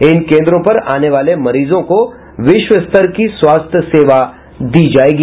इन केन्द्रों पर आने वाले मरीजों को विश्व स्तर की स्वास्थ्य सेवा दी जायेगी